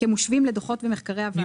ומחקרי הוועדה'.